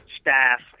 staff